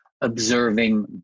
observing